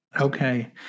Okay